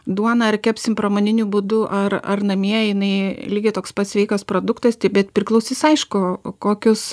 duoną ar kepsim pramoniniu būdu ar ar namie jinai lygiai toks pats sveikas produktas tai bet priklausys aišku kokius